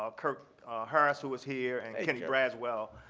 ah kirk harris, who is here, and kenny braswell.